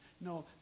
no